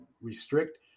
restrict